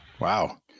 Wow